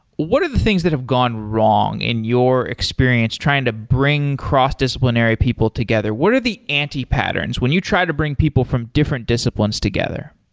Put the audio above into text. what are the things that have gone wrong in your experience trying to bring cross-disciplinary people together? what are the anti-patterns when you try to bring people from different disciplines together?